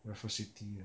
raffles city uh